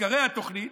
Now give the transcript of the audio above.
עיקרי התוכנית: